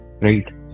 right